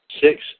Six